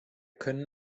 können